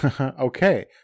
okay